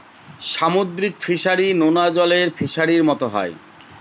সামুদ্রিক ফিসারী, নোনা জলের ফিসারির মতো হয়